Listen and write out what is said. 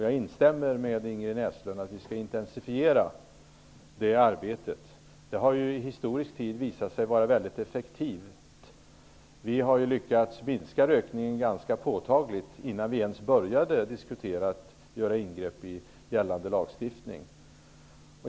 Jag instämmer med Ingrid Näslund i uppfattningen att vi skall intensifiera det arbetet. Det har ju i historisk tid visat sig vara väldigt effektivt. Vi lyckades minska rökningen ganska påtagligt innan vi ens började diskutera att göra ingrepp i gällande lagstiftning.